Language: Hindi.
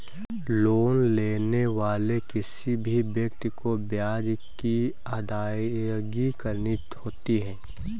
लोन लेने वाले किसी भी व्यक्ति को ब्याज की अदायगी करनी होती है